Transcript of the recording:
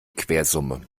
quersumme